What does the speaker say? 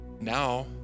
Now